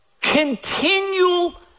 continual